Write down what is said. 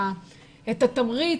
את התמריץ,